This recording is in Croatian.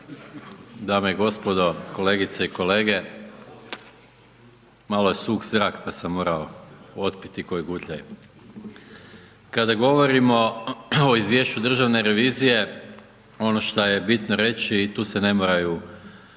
Dame i gospodo, kolegice i kolege, malo je suh zrak pa sam morao otpiti koji gutljaj. Kada govorimo, o izvješću Državne revizije, ono šta je bitno reći i tu se ne moraju kolege